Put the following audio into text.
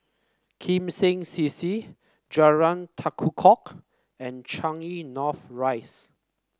Kim Seng C C Jalan Tekukor and Changi North Rise